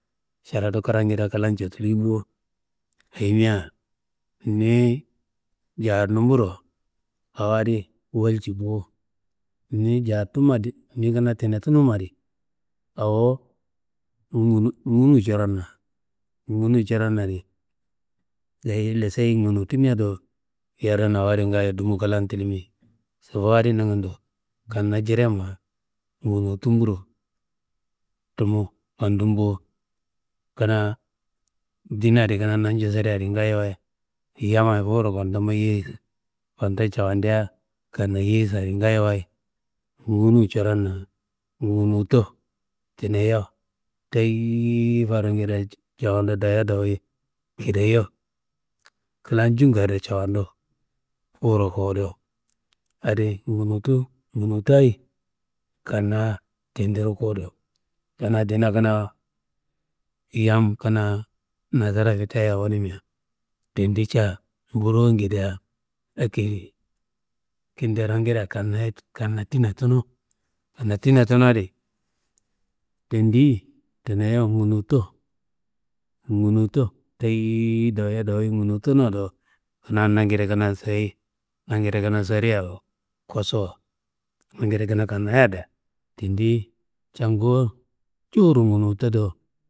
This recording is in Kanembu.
Caradu krangedea klan cetili bo, ayimia niyi jadnumburo awo adi walci bo ni jadtunuma di ni kanaa tinetunuma adi, awo ngunuwu curonna, ngunuwu coronna adi dayi ille seyi ngunutimea do yadum awo adi ngaayo klan tilimi. Sobowo adi nangando kanna jiremma ngunutumbro tumu fandum bo. Kanaa dina adi kanaa nanju sirea ngaayo, yammayi fuwuro kunto mayiyei, kunto cafandia kannayei so di ngaayowaye ngunuwu coronna ngunuwuto tineyo teiyi farungedea javadu dayo dawuyi kideyo klan njunga do cafandu fuwuro kowudo adi ngunuwutu, ngunuwutayi kanna tendiro kuwudo. Kanaa dina kanaa, yam kanaa nasara fiteya wunumea tendi ca mbrongedea akedi, kinderongedea kannatina tunu kannatina tunu adi, tendi tineyo ngunuwuto ngunuwuto teiyi doyo, doyo ngunuwutono do nangede kanaa soyi nangede kanaa soriyawa kosowo, nangede kanaa kannayada, tendi ca ngowun jewuro ngunuwuto do.